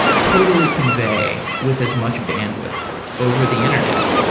totally convey with as much bandwidth over the internet.